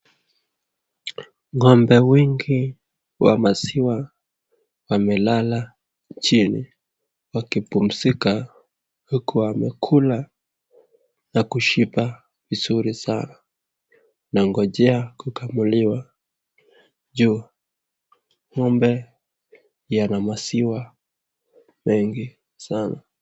Ng'ombe wengi wa maziwa wamelala chini wakipumzika huku wamekula na kushiba vizuri sana wakingojea nangojea kukamuliwa juu ng'ombe yana maziwa mengi sana.